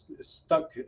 stuck